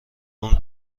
اون